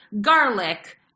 garlic